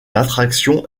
l’attraction